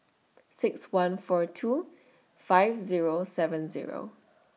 six one four two five Zero seven Zero